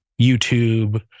YouTube